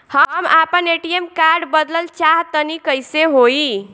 हम आपन ATM card बदलल चाह तनि कइसे होई?